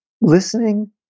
listening